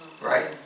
right